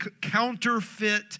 counterfeit